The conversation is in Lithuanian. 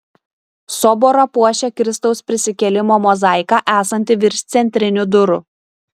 soborą puošia kristaus prisikėlimo mozaika esanti virš centrinių durų